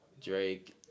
Drake